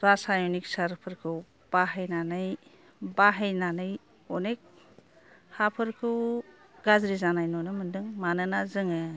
रासायनिक हासारफोरखौ बाहायनानै बाहायनानै अनेक हाफोरखौ गाज्रि जानाय नुनो मोन्दों मानोना जोङो